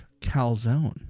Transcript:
calzone